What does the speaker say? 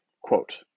quote